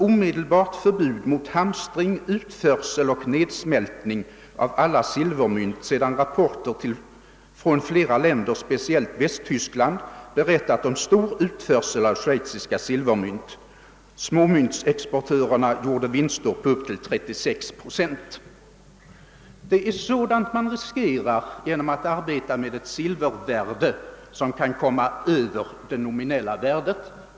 och nedsmältning av alla silvermynt sedan rapporter från flera länder — speciellt Västtyskland — berättat om stor utförsel av schweiziska silvermynt. ——-— småmyntexportörer har gjort vinster på upp till 36 Y.» Det är sådant man riskerar genom att arbeta med ett silvervärde som kan komma över det nominella värdet.